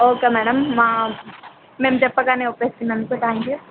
okay madam మా మేము చెప్పగానే ఒప్పేసుకున్నందుకు థ్యాంక్ యూ